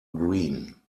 green